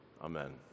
Amen